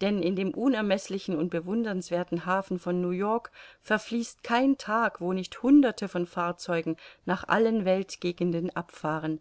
denn in dem unermeßlichen und bewundernswerthen hafen von new-york verfließt kein tag wo nicht hunderte von fahrzeugen nach allen weltgegenden abfahren